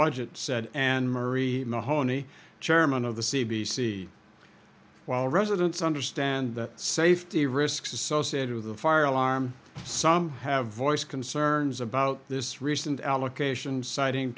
budget said anne marie mahoney chairman of the c b c while residents understand the safety risks associated with the fire alarm some have voiced concerns about this recent allocation citing